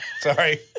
Sorry